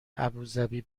ابوذبی